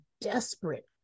desperate